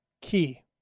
key